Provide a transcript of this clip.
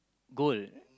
gold